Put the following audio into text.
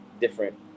different